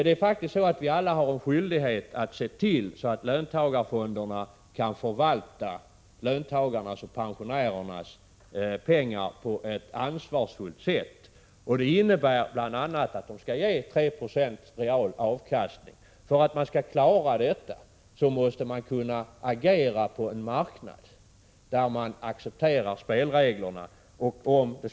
Det är faktiskt så att vi alla har skyldighet att se till att löntagarfonderna förvaltar löntagarnas och pensionärernas pengar på ett ansvarsfullt sätt. Det innebär bl.a. att fonderna skall ge 3 96 real avkastning. För att fonderna skall klara detta måste de kunna agera på en marknad där spelreglerna accepteras.